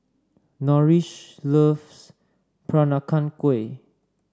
Norris loves Peranakan Kueh